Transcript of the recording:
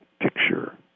picture